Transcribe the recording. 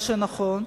מה שנכון,